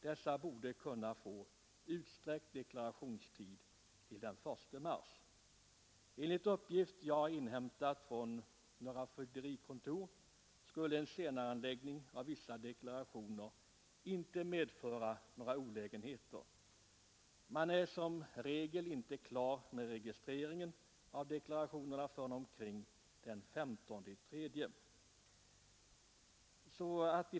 Dessa borde kunna få deklarationstiden utsträckt till den 1 mars. Enligt uppgift som jag har inhämtat från några fögderikontor skulle en senareläggning av vissa deklarationer inte medföra några olägenheter, eftersom man där som regel inte är klar med registreringen av deklarationerna förrän omkring den 15 mars.